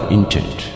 Intent